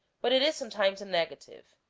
but it is some times a negative.